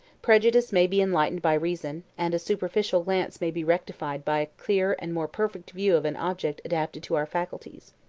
prejudice may be enlightened by reason, and a superficial glance may be rectified by a clear and more perfect view of an object adapted to our faculties.